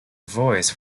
voice